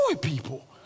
people